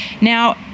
Now